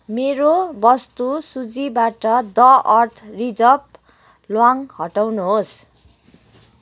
मेरो वस्तु सूचीबाट द अर्थ रिजर्भ ल्वाङ हटाउनुहोस्